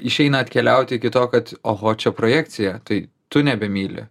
išeina atkeliauti iki to kad oho čia projekcija tai tu nebemyli